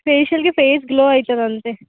ఫేషియల్కి face glow అవుతుంది అంతే